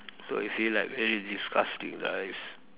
so you feel like very disgusting right